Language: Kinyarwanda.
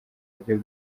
buryo